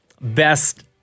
best